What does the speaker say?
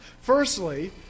Firstly